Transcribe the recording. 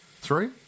Three